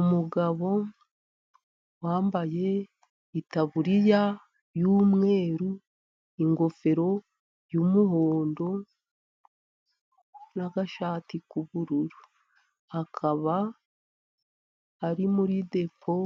Umugabo wambaye itaburiya y'umweru, ingofero y'umuhondo n'agashati k'ubururu, akaba ari muri depo